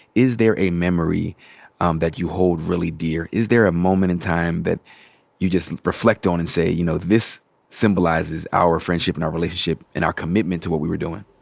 is there a memory um that you hold really dear? is there a moment in time that you just reflect on and say, you know, this symbolizes our friendship, and our relationship, and our commitment to what we were doing?